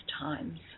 times